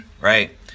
Right